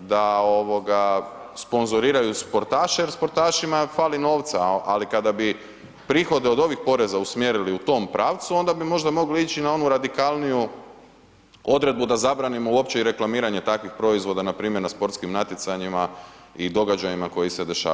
da ovoga sponzoriraju sportaše, jer sportašima fali novca, ali kada bi prihode od ovih poreza usmjerili u tom pravcu onda bi možda mogli ići na onu radikalniju odredbu da zabranimo uopće i reklamiranje takvih proizvoda npr. na sportskim natjecanjima i događajima koji se dešavaju.